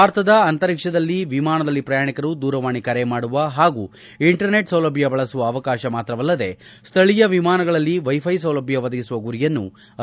ಭಾರತದ ಅಂತರಿಕ್ಷದಲ್ಲಿ ವಿಮಾನದಲ್ಲಿ ಪ್ರಯಾಣಿಕರು ದೂರವಾಣಿ ಕರೆ ಮಾಡುವ ಪಾಗೂ ಇಂಟರ್ ನೆಟ್ ಸೌಲಭ್ಯ ಬಳಸುವ ಅವಕಾಶ ಮಾತ್ರವಲ್ಲದೆ ಸ್ಥಳೀಯ ವಿಮಾನಗಳಲ್ಲಿ ವೈ ಫೈ ಸೌಲಭ್ಯ ಒದಗಿಸುವ ಗುರಿಯನ್ನು ಐ